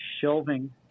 shelving